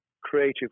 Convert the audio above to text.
creative